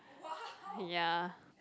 ya